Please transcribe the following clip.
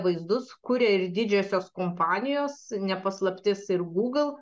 vaizdus kuria ir didžiosios kompanijos ne paslaptis ir google